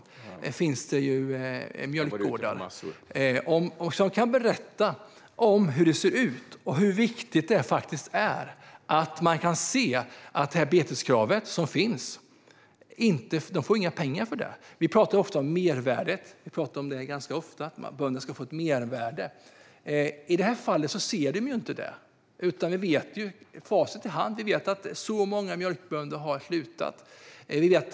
Då kan dessa mjölkbönder berätta hur det ser ut och hur viktigt det är att de får några pengar för beteskravet. Vi pratar ofta om mervärde och att bönderna ska få ett mervärde. I det här fallet ser de inget mervärde. Med facit i hand är det många mjölkbönder som har slutat.